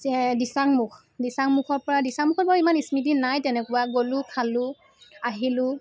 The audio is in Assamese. যে দিচাংমুখ দিচাংমুখৰ পৰা দিচাংমুখত বাৰু ইমান স্মৃতি নাই তেনেকুৱা গ'লোঁ খালোঁ আহিলোঁ